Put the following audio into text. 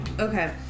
Okay